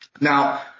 Now